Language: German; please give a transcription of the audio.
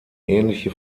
ähnliche